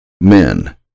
men